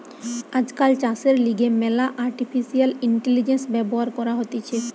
আজকাল চাষের লিগে ম্যালা আর্টিফিশিয়াল ইন্টেলিজেন্স ব্যবহার করা হতিছে